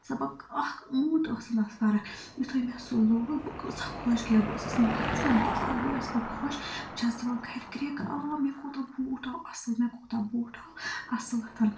ژٕ دَپکھ اَکھ ٲنٹ ٲس نہٕ تَتھ فرق یُتھُے مےٚ سُہ لوگ بہٕ کۭژاہ خۄش گٔیَس بہٕ ٲسٕس نَژان تیٖژاہ گٔیَس بہٕ خۄش بہٕ چھَس دِوان گَرِ کرٛیکہٕ علاوٕ مےٚ کوٗتاہ بوٗٹھ آو اَصٕل مےٚ کوٗتاہ بوٗٹھ آو اَصٕلَتھَن